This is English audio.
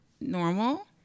normal